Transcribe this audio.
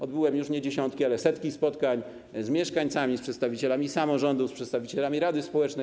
Odbyłem już nie dziesiątki, ale setki spotkań z mieszkańcami, z przedstawicielami samorządów, przedstawicielami rady społecznej.